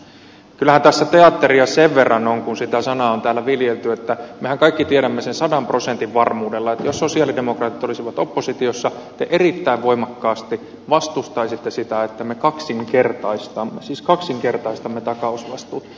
kyllähän tässä teatteria sen verran on kun sitä sanaa on täällä viljelty että mehän kaikki tiedämme sen sadan prosentin varmuudella että jos sosialidemokraatit olisivat oppositiossa te erittäin voimakkaasti vastustaisitte sitä että me kaksinkertaistamme siis kaksinkertaistamme takausvastuun